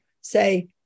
say